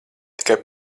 tikai